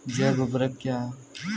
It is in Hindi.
जैव ऊर्वक क्या है?